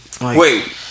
Wait